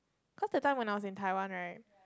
cause that time when I was in Taiwan right